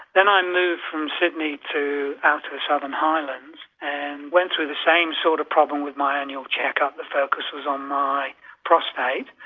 then i moved from sydney to the outer southern highlands and went through the same sort of problem with my annual check-up, the focus was on my prostate,